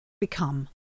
become